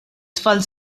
tfal